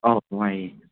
ꯑꯥꯎ ꯅꯨꯡꯉꯥꯏꯔꯤ